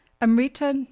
Amrita